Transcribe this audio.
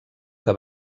que